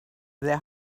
their